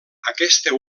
aquesta